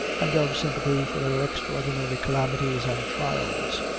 and of sympathy for their extraordinary calamities and trials.